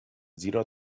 زیرا